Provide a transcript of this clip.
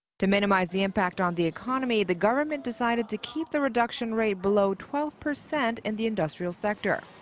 to minimize the impact on the economy, the government decided to keep the reduction rate below twelve percent in the industrial sector.